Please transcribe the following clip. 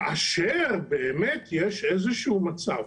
כאשר באמת יש איזשהו מצב